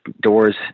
doors